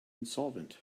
insolvent